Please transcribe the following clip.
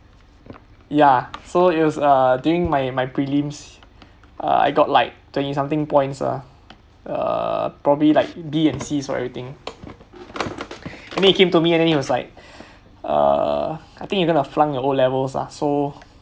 ya so it was uh during my my prelims uh I got like twenty something points lah err probably like B and C's for everything and then he came to me and he was like err I think you're going to flunk your O levels lah so